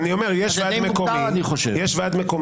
יש ועד מקומי.